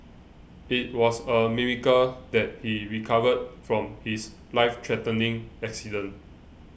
it was a miracle that he recovered from his life threatening accident